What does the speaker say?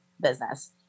business